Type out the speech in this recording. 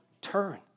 turn